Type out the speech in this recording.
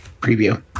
preview